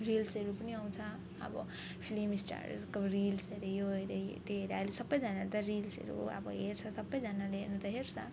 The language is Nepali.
रिल्सहरू पनि आउँछ अब फिल्मस्टारहरूको रिल्स अरे यो अरे त्यो अरे अहिले सबैजनाले त अब रिल्सहरू त अब हेर्छ सबैजनाले अन्त हेर्छ